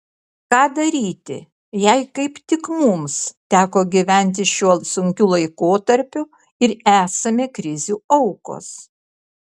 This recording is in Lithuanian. ką daryti jei kaip tik mums teko gyventi šiuo sunkiu laikotarpiu ir esame krizių aukos